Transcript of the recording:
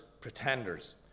pretenders